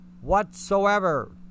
whatsoever